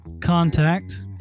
contact